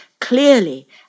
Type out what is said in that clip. clearly